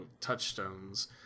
touchstones